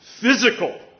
physical